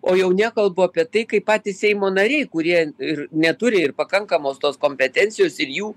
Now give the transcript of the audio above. o jau nekalbu apie tai kaip patys seimo nariai kurie ir neturi ir pakankamos tos kompetencijos ir jų